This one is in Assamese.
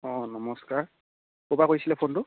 অঁ নমস্কাৰ ক'ৰ পৰা কৰিছিলে ফোনটো